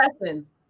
lessons